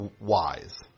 wise